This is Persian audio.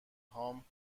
هام